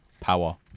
Power